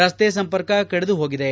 ರಸ್ತೆ ಸಂಪರ್ಕ ಕಡಿದುಹೋಗಿದೆ